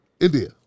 India